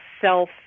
self